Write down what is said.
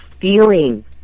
feeling